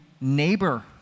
neighbor